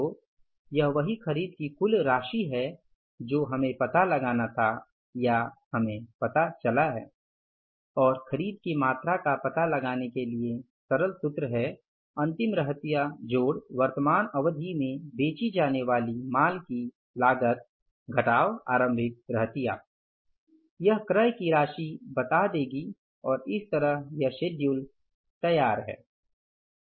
तो यह वही खरीद की कुल राशि है जो हमें पता लगाना था या हमें पता चला है और खरीद की मात्रा का पता लगाने के लिए सरल सूत्र है अंतिम रहतिया जोड़ वर्तमान अवधि में बेची जाने वाली माल की लागत घटाव आरंभिक रहतिया यह क्रय की राशि बता देगी और इस तरह यह शेड्यूल तैयार है